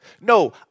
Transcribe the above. No